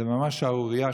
זה ממש שערורייה,